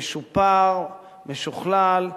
משופר, משוכלל,